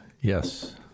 Yes